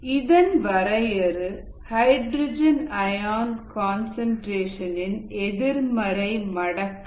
இதன் வரையறு hydrogen ion concentration இன் எதிர்மறை மடக்கை